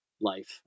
life